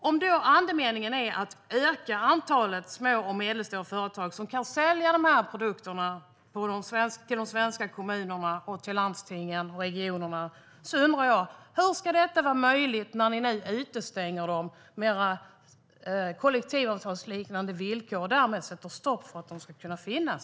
Om andemeningen är att öka antalet små och medelstora företag som kan sälja dessa produkter till de svenska kommunerna, landstingen och regionerna undrar jag hur detta ska vara möjligt när ni nu utestänger dem med era kollektivavtalsliknande villkor och därmed sätter stopp för att de ska kunna finnas.